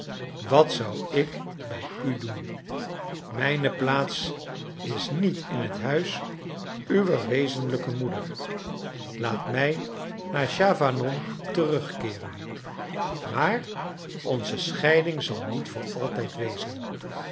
wat zou ik bij u doen mijne plaats is niet in het huis uwer wezenlijke moeder laat mij naar chavanon terugkeeren maar onze scheiding zal niet voor altijd wezen